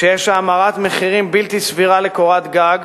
כשיש האמרת מחירים בלתי סבירה לקורת גג,